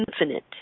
infinite